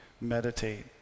meditate